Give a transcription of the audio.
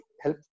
help